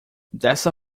dessa